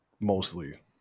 mostly